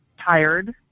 tired